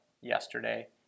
yesterday